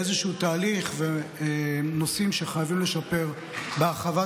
באיזשהו תהליך ונושאים שחייבים לשפר בהרחבת